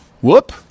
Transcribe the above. whoop